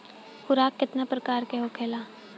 खुराक केतना प्रकार के होखेला?